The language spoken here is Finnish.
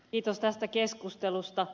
kiitos tästä keskustelusta